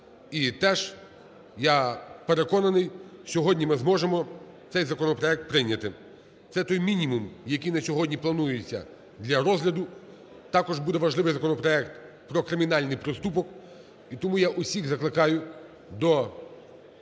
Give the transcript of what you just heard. І теж, я переконаний, сьогодні ми зможемо цей законопроект прийняти. Це той мінімум, який на сьогодні планується для розгляду. Також буде важливий законопроект про кримінальний проступок. І тому я усіх закликаю до